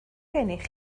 gennych